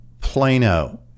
Plano